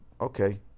okay